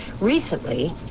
Recently